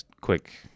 quick